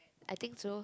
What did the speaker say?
I think so